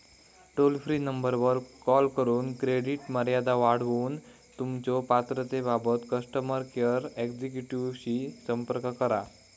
toll free नंबरवर call करून credit मर्यादा वाढवूक तुमच्यो पात्रतेबाबत कस्टमर केअर एक्झिक्युटिव्हशी संपर्क करा